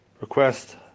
request